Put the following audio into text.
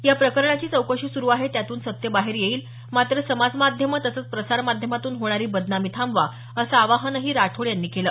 या प्रकरणाची चौकशी सुरू आहे त्यातून सत्य बाहेर येईल मात्र समाज माध्यमं तसंच प्रसार माध्यमातून होणारी बदनामी थांबवा असं आवाहनही राठोड यांनी केल